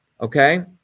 okay